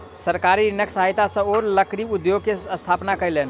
सरकारी ऋणक सहायता सॅ ओ लकड़ी उद्योग के स्थापना कयलैन